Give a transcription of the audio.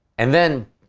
and then,